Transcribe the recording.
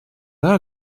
are